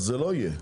זה לא יהיה.